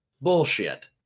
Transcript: Bullshit